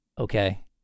okay